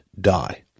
die